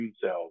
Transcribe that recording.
cells